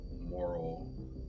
moral